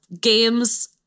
games